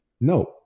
no